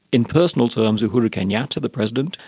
in personal terms, uhuru kenyatta, the president,